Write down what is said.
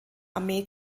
armee